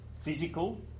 physical